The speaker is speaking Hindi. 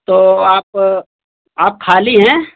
तो आप आप खाली हैं